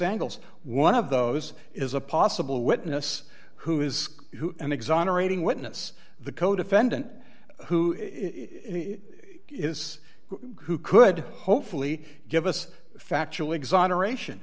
angles one of those is a possible witness who is who and exonerating witness the codefendant who is who could hopefully give us factual exoneration